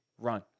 run